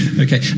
okay